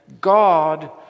God